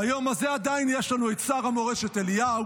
ביום הזה עדיין יש לנו את שר המורשת אליהו,